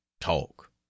talk